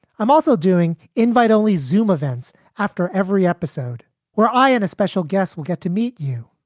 i'm also doing invite only zoome events after every episode where i and a special guests will get to meet you.